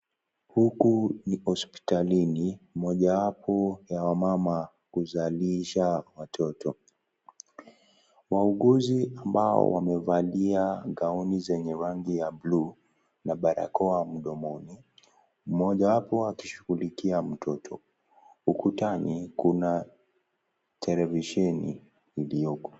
Huku ni hospitalini mojawapo ya wamama kuzalisha watoto. Wauguzi ambao wamevalia gauni zenye rangi ya buluu na barakoa mdomoni, mmojawapo akishughulikia mtoto. Ukutani kuna televisheni iliyoko.